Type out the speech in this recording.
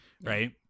Right